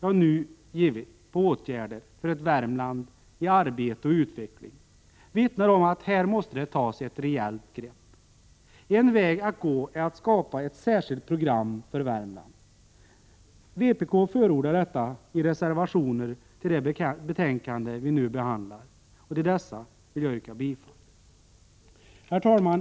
jag nu givit på åtgärder för ett Värmland i arbete och utveckling vittnar om att här måste tas ett rejält grepp. En väg att gå är att skapa ett särskilt program för Värmland. Vpk förordar detta i reservationer till det betänkande vi nu behandlar. Till dessa vill jag yrka bifall. Herr talman!